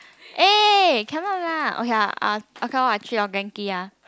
eh cannot lah okay lah I'll okay lor I treat you all Genki ah